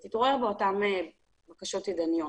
היא תתעורר באותן בקשות ידניות.